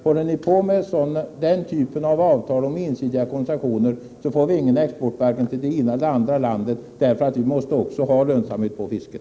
Går ni vidare med den typen av avtal om ensidiga koncessioner får vi ingen export till vare sig det eller det andra landet, eftersom också vi måste ha lönsamhet på fisket.